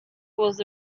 was